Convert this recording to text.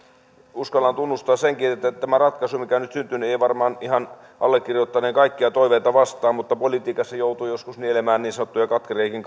uskallan tunnustaa senkin että tämä ratkaisu mikä nyt syntyy ei varmaan allekirjoittaneen ihan kaikkia toiveita vastaa mutta politiikassa joutuu joskus nielemään niin sanottuja katkeriakin